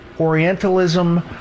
Orientalism